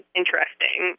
interesting